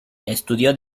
estudió